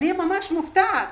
אני ממש מופתעת,